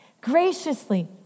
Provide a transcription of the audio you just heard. Graciously